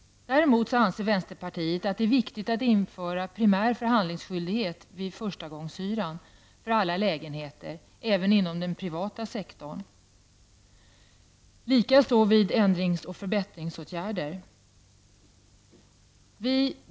Däremot anser vi i vänsterpartiet att det är viktigt att införa primär förhandlingsskyldighet vid fastställande av förstagångshyran för alla lägenheter, alltså även inom den privata sektorn, liksom vid förändrings och förbättringsåtgärder.